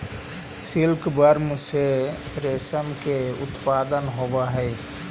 silkworm से रेशम के उत्पादन होवऽ हइ